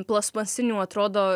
plastmasinių atrodo